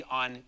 on